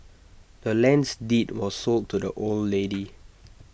the land's deed was sold to the old lady